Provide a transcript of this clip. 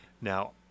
Now